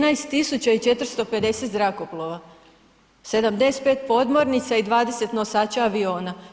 13.450 zrakoplova, 75 podmornica i 20 nosača aviona.